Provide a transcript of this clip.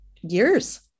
years